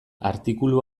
artikulu